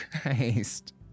Christ